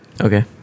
Okay